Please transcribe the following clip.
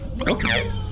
Okay